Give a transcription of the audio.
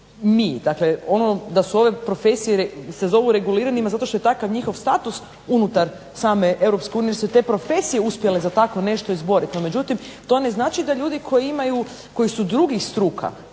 mi, dakle da se ove profesije zove reguliranim zato što je takav njihov status unutar same EU jer su se te profesije uspjele za tako nešto izboriti. No međutim to ne znači da ljudi koji imaju koji su drugih struka,